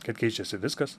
kad keičiasi viskas